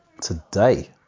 today